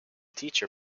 teacher